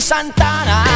Santana